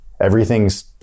everything's